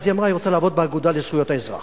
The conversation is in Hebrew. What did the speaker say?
היא אמרה שהיא רוצה לעבוד באגודה לזכויות האזרח,